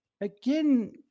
again